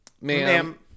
ma'am